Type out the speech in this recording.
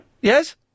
Yes